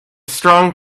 strong